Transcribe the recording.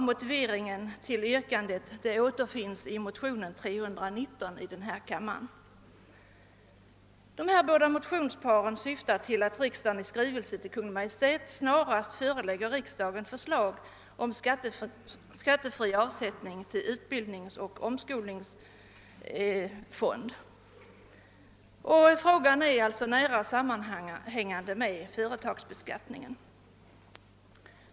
Motiveringen till yrkandet i det sistnämnda motionsparet återfinns i motionen II: 319. I de båda motionsparen önskar man att riksdagen i skrivelse till Kungl. Maj:t begär att Kungl. Maj:t snarast förelägger riksdagen förslag om skattefri avsättning till utbildningsoch omskolningsfond. Frågan sammanhänger alltså nära med företagsbeskattningen.